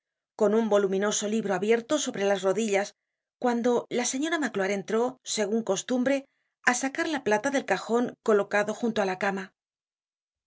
con un voluminoso libro abierto sobre las rodillas cuando la señora magloire entró segun costumbre á sacar la plata del cajon colocado junto á la cama